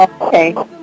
Okay